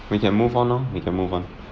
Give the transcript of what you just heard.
we can move on orh we can move on